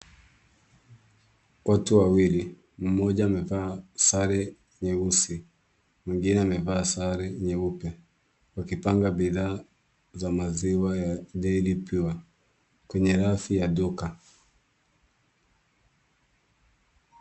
Watu wawili, mmoja amevaa sare nyeusi, mwingine amevaa sare nyeupe wakipanga bidhaa za maziwa ya Dairy Pure kwenye rafi ya duka.